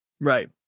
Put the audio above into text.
Right